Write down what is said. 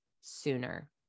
sooner